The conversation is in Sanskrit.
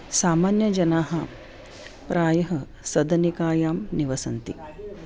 सामान्यजनाः प्रायः सदनिकायां निवसन्ति